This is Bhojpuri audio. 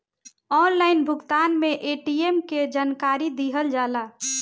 ऑनलाइन भुगतान में ए.टी.एम के जानकारी दिहल जाला?